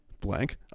Blank